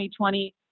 2020